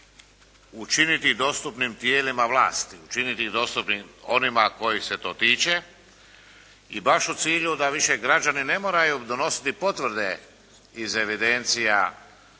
učiniti dostupnim tijelima vlasti, učiniti dostupnim onima kojih se to tiče i baš u cilju da više građani ne moraju donositi potvrde iz evidencija